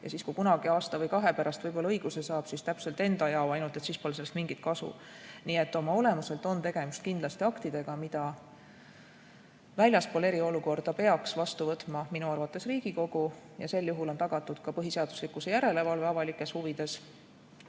Ja kui kunagi aasta või kahe pärast võib-olla õiguse saab, siis täpselt enda jao, ainult et siis pole sellest mingit kasu. Nii et oma olemuselt on tegemist kindlasti aktidega, mida väljaspool eriolukorda peaks vastu võtma minu arvates Riigikogu ja sel juhul on tagatud ka põhiseaduslikkuse järelevalve avalikes huvides.